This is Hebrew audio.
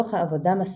מתוך העבודה משאת-נפשן.